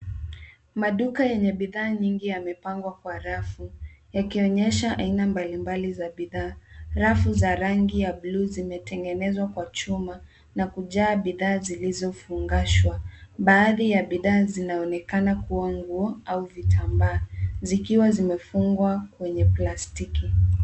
Maduka yenye bidhaa nyingi yamepangwa kwa rafu, yakionyesha aina mbalimbali za bidhaa. Rafu za rangi ya buluu zimetengenezwa kwa chuma na kujaa bidhaa zilizofungashwa. Baadhi ya bidhaa zinaonekana kuwa nguo au vitambaa, zikiwa zimefungwa kwenye plastiki.